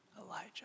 Elijah